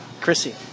Chrissy